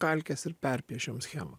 kalkes ir perpiešiam schemą